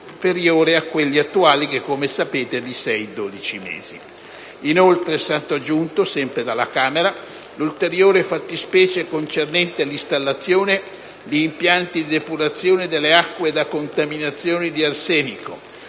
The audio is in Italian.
Inoltre è stato aggiunta, sempre dalla Camera, l'ulteriore fattispecie concernente l'installazione di impianti di depurazione delle acque da contaminazione di arsenico